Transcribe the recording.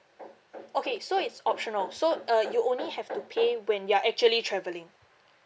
okay so it's optional so uh you only have to pay when you are actually travelling